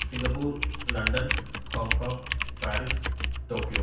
Singapore London Hong Kong Paris Tokyo